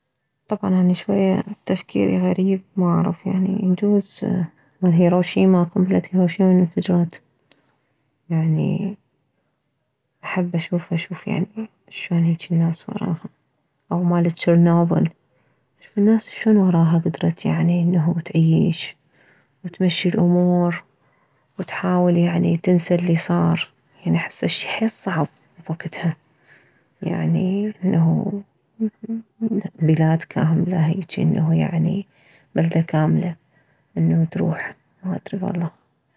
طبعا اني شوية تفكيري غريب ما اعرف يعني يجوزي مالهيروشيما قنبلة هيروشيما من انفجرت يعني احب اشوف اشوف يعني شلون هيجي الناس وراها او مال تشرنوبل اشوف الناس شلون وراها كدرت يعني انه تعيش وتمشي الامور وتحاول يعني تنسى اللي صار يعني احس شي حيل صعب بوكتها يعني انه بلاد كاملة هيجي انه يعني انه بلدة كاملة انه تروح ما ادري والله